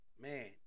man